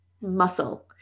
muscle